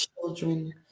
children